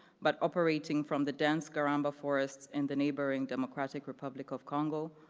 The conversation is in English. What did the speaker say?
but operating from the dense garamba forests in the neighboring democratic republic of congo,